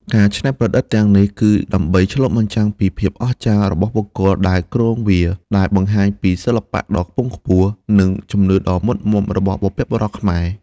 ការច្នៃប្រឌិតទាំងនេះគឺដើម្បី ឆ្លុះបញ្ចាំងពីភាពអស្ចារ្យ របស់បុគ្គលដែលគ្រងវា ដែលបង្ហាញពីសិល្បៈដ៏ខ្ពង់ខ្ពស់ និងជំនឿដ៏មុតមាំរបស់បុព្វបុរសខ្មែរ។